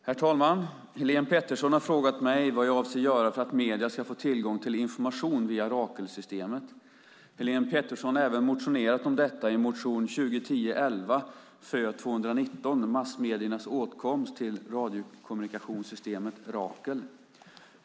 Herr talman! Helene Petersson i Stockaryd har frågat mig vad jag avser att göra för att medierna ska få tillgång till information via Rakelsystemet. Helene Petersson har även motionerat om detta i motion 2010/11:Fö219 Massmediernas åtkomst till radiokommunikationssystemet Rakel .